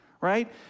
right